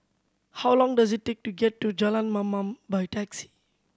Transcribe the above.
how long does it take to get to Jalan Mamam by taxi